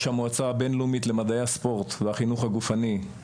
המועצה הבינלאומית למדעי הספורט והחינוך הגופני,